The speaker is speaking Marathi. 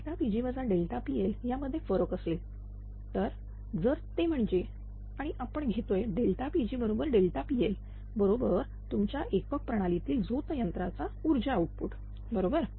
Pg PL यामध्ये फरक असेल तर जर ते म्हणजे आणि आपण घेतोय Pg बरोबर PL बरोबर तुमच्या एकक प्रणालीतील झोत यंत्राचा ऊर्जा आउटपुट बरोबर